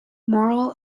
moral